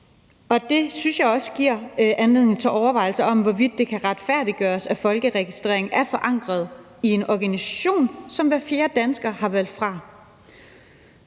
også giver anledning til overvejelser om, hvorvidt det kan retfærdiggøres, at folkeregistrering er forankret i en organisation, som hver fjerde dansker har valgt fra.